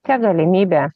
tiek galimybė